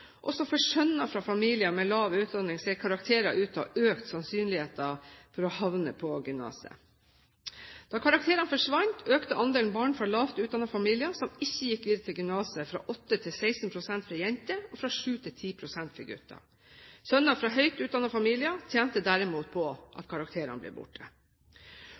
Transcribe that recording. Også for sønner fra familier med lav utdanning ser karakterer ut til å ha økt sannsynligheten for å havne på gymnaset. Da karakterene forsvant, økte andelen barn fra lavt utdannede familier som ikke gikk videre til gymnaset, fra 8 til 16 pst. for jenter og fra 7 til 10 pst. for gutter. Sønner fra høyt utdannede familier tjente derimot på at karakterene ble